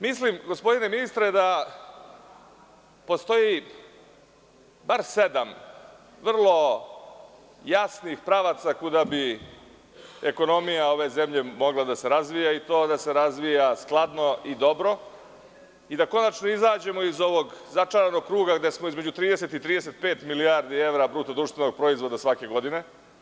Mislim, gospodine ministre, da postoji bar sedam vrlo jasnih pravaca kuda bi ekonomija ove zemlje mogla da se razvija, i to da se razvija skladno i dobro, i da konačno izađemo iz ovog začaranog kruga gde smo između 30 i 35 milijardi evra BDP svake godine.